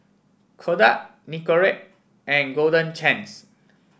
Kodak Nicorette and Golden Chance